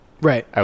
Right